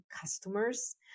customers